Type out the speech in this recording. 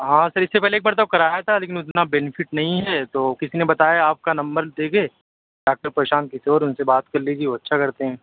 ہاں سر اِس سے پہلے ایک مرتبہ کرایا تھا لیکن اتنا بینفٹ نہیں ہے تو کسی نے بتایا آپ کا نمبر دے کے ڈاکٹر پرشانت کشور اُن سے بات کرلیجیے وہ اچھا کرتے ہیں